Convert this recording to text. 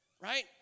right